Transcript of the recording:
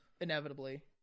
inevitably